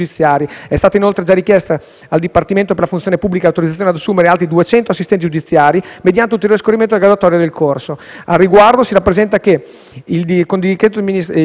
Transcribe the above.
altri 200 assistenti giudiziari, mediante ulteriore scorrimento della graduatoria del concorso. Al riguardo si rappresenta altresì che, con decreto ministeriale 14 febbraio 2018, l'amministrazione ha già modificato la dotazione organica del profilo